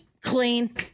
Clean